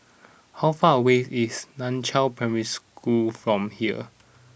how far away is Nan Chiau Primary School from here